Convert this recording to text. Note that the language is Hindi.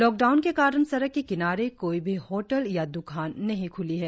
लॉकडाउन के कारण सड़क के किनारे कोई भी होटल या द्कान नहीं खुली है